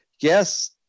Yes